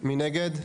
1 נגד,